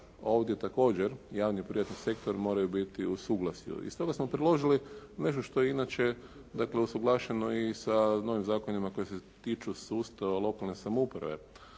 ovdje također javni i privatni sektor moraju biti u suglasju. I stoga smo predložili nešto što inače dakle usuglašeno i sa novim zakonima koji se tiču sustava lokalne samouprave.